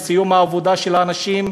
בסיום העבודה של האנשים,